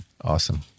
Awesome